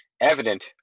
evident